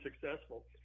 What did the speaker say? successful